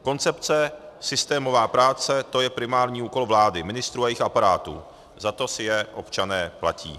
Koncepce, systémová práce, to je primární úkol vlády, ministrů a jejich aparátů, za to si je občané platí.